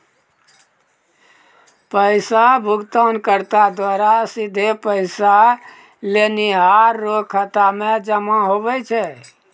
पैसा भुगतानकर्ता द्वारा सीधे पैसा लेनिहार रो खाता मे जमा हुवै छै